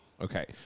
Okay